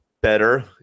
better